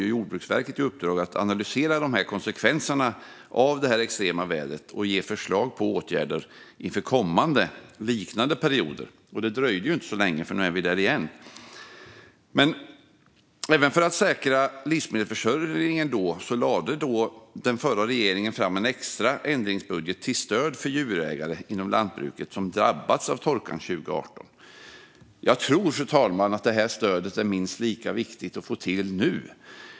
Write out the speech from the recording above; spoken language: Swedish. Man gav Jordbruksverket i uppdrag att analysera konsekvenserna av det extrema vädret och ge förslag på åtgärder inför kommande liknande perioder. Det dröjde inte så länge, för nu är vi där igen. För att säkra livsmedelsförsörjningen lade den förra regeringen fram en extra ändringsbudget till stöd för djurägare inom lantbruket som hade drabbats av torkan 2018. Jag tror, fru talman, att det stödet är minst lika viktigt att få till nu.